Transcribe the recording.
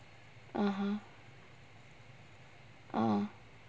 (uh huh) uh